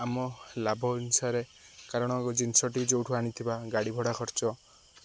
ଆମ ଲାଭ ଅନୁସାରେ କାରଣ ଜିନିଷଟି ଯେଉଁଠୁ ଆଣିଥିବା ଗାଡ଼ି ଭଡ଼ା ଖର୍ଚ୍ଚ